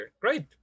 Great